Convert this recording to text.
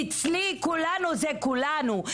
אצלי כולנו זה כולנו,